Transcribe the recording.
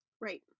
Right